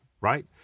Right